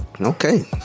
Okay